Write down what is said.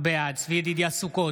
בעד צבי ידידיה סוכות,